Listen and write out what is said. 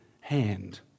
hand